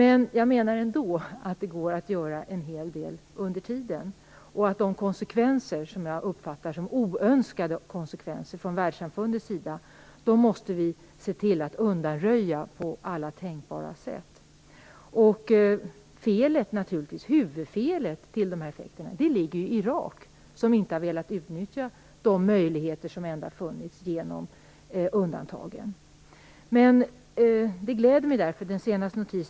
Ändå menar jag att det går att göra en hel del under tiden. Det gäller för oss att se till att de, enligt min uppfattning, oönskade konsekvenserna från världssamfundets sida undanröjs på alla tänkbara sätt. Huvudfelet när det gäller de här effekterna ligger hos Irak, som inte har velat utnyttja de möjligheter som ändå har funnits genom undantagen. Den senaste notisen gläder mig.